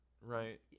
right